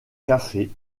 cafés